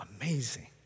amazing